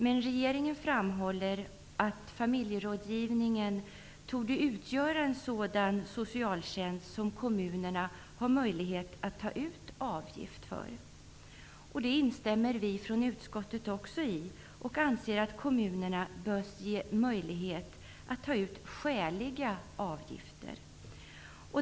Men regeringen framhåller att familjerådgivningen torde utgöra en sådan socialtjänst som kommunerna har möjlighet att ta ut avgift för. Också det instämmer utskottet i. Vi anser att kommunerna bör ges möjlighet att ta ut skäliga avgifter.